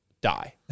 die